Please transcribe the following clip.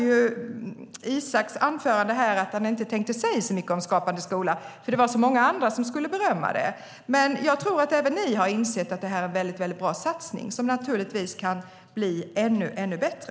I sitt anförande sade Isak From att han inte tänkte säga så mycket om Skapande skola eftersom så många andra skulle berömma den. Jag tror att även Socialdemokraterna har insett att detta är en mycket bra satsning, men naturligtvis kan den bli ännu bättre.